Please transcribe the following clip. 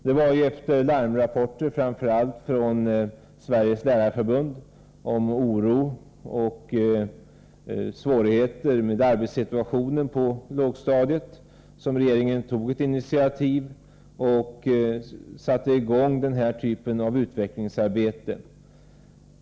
Det var efter larmrapporter framför allt från Sveriges lärarförbund om oro och svårigheter med arbetssituationen på lågstadiet som regeringen tog ett initiativ och satte i gång den här typen av utvecklingsarbete.